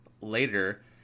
later